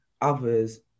others